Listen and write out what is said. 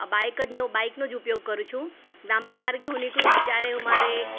bike જ નો બાઈકનો જ ઉપયોગ કરું છું લાંબા માર્ગે હું નીકળું જ ત્યારે હું મારે